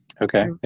okay